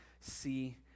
see